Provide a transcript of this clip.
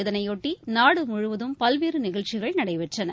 இதனையொட்டி நாடு முழுவதும் பல்வேறு நிகழ்ச்சிகள் நடைபெற்றன